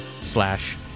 slash